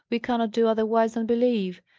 we cannot do otherwise than believe.